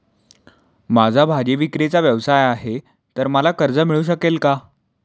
माझा भाजीविक्रीचा व्यवसाय आहे तर मला कर्ज मिळू शकेल का?